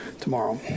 tomorrow